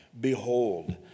Behold